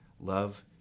love